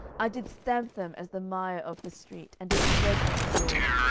i did stamp them as the mire of the street, and did spread them abroad.